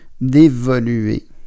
d'évoluer